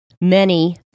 many-